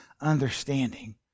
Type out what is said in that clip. understanding